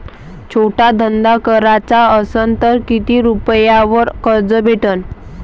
छोटा धंदा कराचा असन तर किती रुप्यावर कर्ज भेटन?